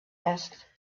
asked